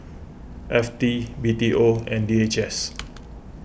F T B T O and D H S